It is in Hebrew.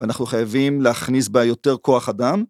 אנחנו חייבים להכניס בה יותר כוח אדם.